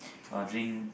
uh during